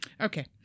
Okay